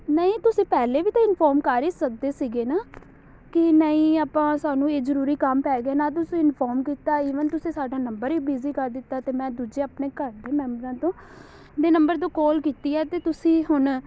ਨਹੀਂ ਤੁਸੀਂ ਪਹਿਲਾਂ ਵੀ ਤਾਂ ਇਨਫੋਰਮ ਕਰ ਹੀ ਸਕਦੇ ਸੀਗੇ ਨਾ ਕਿ ਨਹੀਂ ਆਪਾਂ ਸਾਨੂੰ ਇਹ ਜ਼ਰੂਰੀ ਕੰਮ ਪੈ ਗਿਆ ਨਾ ਤੁਸੀਂ ਇਨਫੋਰਮ ਕੀਤਾ ਈਵਨ ਤੁਸੀਂ ਸਾਡਾ ਨੰਬਰ ਹੀ ਬਿਜ਼ੀ ਕਰ ਦਿੱਤਾ ਤਾਂ ਮੈਂ ਦੂਜੇ ਆਪਣੇ ਘਰ ਦੇ ਮੈਂਬਰਾਂ ਤੋਂ ਦੇ ਨੰਬਰ ਤੋਂ ਕਾਲ ਕੀਤੀ ਹੈ ਅਤੇ ਤੁਸੀਂ ਹੁਣ